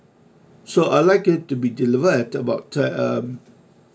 so I'd like it to be delivered at about uh um